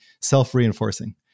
self-reinforcing